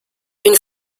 une